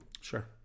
Sure